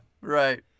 right